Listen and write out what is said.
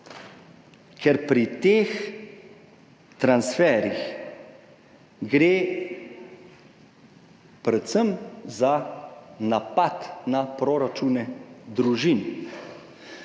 gre pri teh transferjih predvsem za napad na proračune družin.